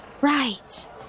Right